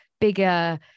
bigger